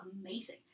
amazing